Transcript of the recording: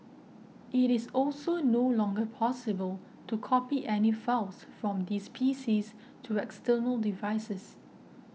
it is also no longer possible to copy any files from these PCs to external devices